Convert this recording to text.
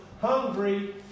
hungry